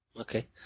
Okay